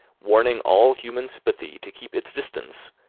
warning all human sympathy to keep its distance,